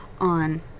on